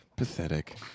Pathetic